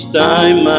time